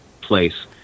place